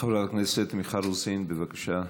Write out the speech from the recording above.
חברת הכנסת מיכל רוזין, בבקשה.